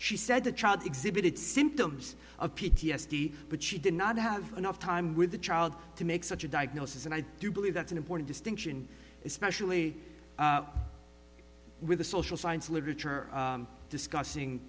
she said the child exhibited symptoms of p t s d but she did not have enough time with the child to make such a diagnosis and i do believe that's an important distinction especially with the social science literature discussing